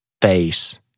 face